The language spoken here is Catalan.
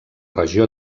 regió